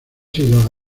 sido